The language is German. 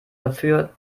dafür